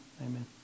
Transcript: amen